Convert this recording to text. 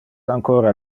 ancora